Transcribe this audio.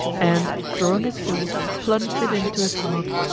and drawing his sword plunged it into his heart.